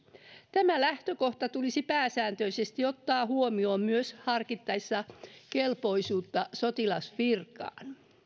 tämä lähtökohta tulisi pääsääntöisesti ottaa huomioon myös harkittaessa kelpoisuutta sotilasvirkaan